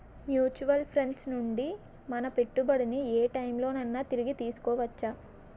Mutual funds నుండి మన పెట్టుబడిని ఏ టైం లోనైనా తిరిగి తీసుకోవచ్చా?